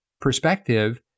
perspective